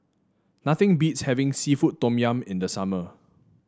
nothing beats having seafood Tom Yum in the summer